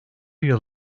yıl